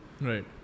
Right